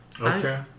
Okay